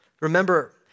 Remember